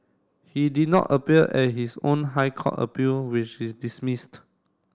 he did not appear at his own High Court appeal which is dismissed